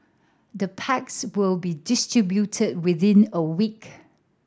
the packs will be distributed within a week